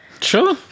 Sure